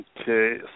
Okay